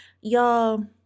Y'all